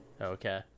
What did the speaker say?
Okay